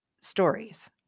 stories